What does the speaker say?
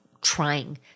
trying